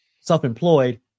self-employed